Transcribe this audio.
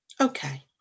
Okay